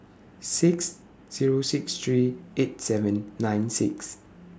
six Zero six three eight seven nine six